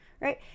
right